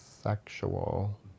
sexual